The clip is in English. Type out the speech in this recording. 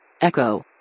Echo